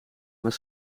maar